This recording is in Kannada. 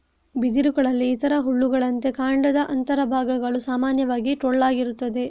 ಬಿದಿರುಗಳಲ್ಲಿ ಇತರ ಹುಲ್ಲುಗಳಂತೆ ಕಾಂಡದ ಅಂತರ ಭಾಗಗಳು ಸಾಮಾನ್ಯವಾಗಿ ಟೊಳ್ಳಾಗಿರುತ್ತದೆ